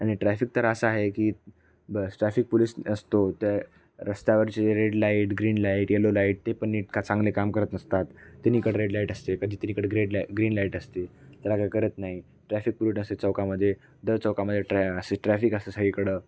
आनि ट्रॅफिक तर असा आहे की बस ट्रॅफिक पुलीस न असतो त्या रस्त्यावरचे red light green light yellow light तेपण इतका चांगले काम करत नसतात तिन्हीकडे रेड लाईट असते पाहिजे तिकडे ग्रेडला ग्रीन लाईट असते त्याला काय करत नाही ट्रॅफिक पोलिस असते चौकामध्ये दर चौकामध्ये ट्रॅ असं ट्रॅफिक असतं ते सगळीकडं